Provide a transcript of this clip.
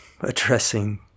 addressing